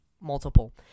multiple